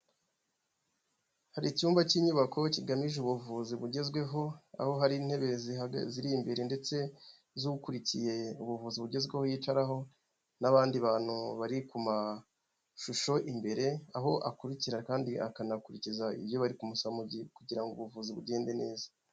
Hari icyumba cy'inyubako, kigamije ubuvuzi bugezweho, aho hari intebe ziri imbere ndetse z'ukurikiye ubuvuzi bugezweho yicaraho, n'abandi bantu bari ku mashusho imbere, aho akurikira kandi akanakurikiza ibyo bari kumusaba, kugira ngo ubuvuzi bugende neza.